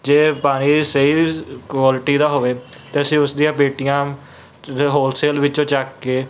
ਜੇ ਪਾਣੀ ਸਹੀ ਕੁਆਲਿਟੀ ਦਾ ਹੋਵੇ ਤਾਂ ਅਸੀਂ ਉਸ ਦੀਆਂ ਪੇਟੀਆਂ ਹੋਲਸੇਲ ਵਿੱਚੋਂ ਚੱਕ ਕੇ